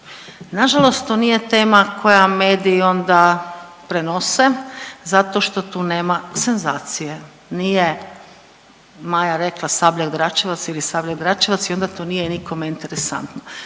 Nažalost to nije tema koja medij onda prenose zato što tu nema senzacije, nije Maja rekla Sabljak Dračevac ili Sabljar Dračevac i onda to nije nikome interesantno.